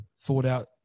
thought-out